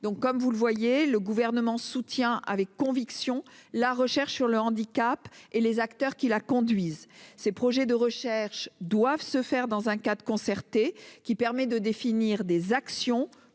sénateurs, vous le voyez, le Gouvernement soutient avec conviction la recherche sur le handicap et les acteurs qui la conduisent. Ces projets de recherche doivent être menés dans le cadre d'une concertation permettant de définir des actions